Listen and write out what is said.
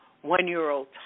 one-year-old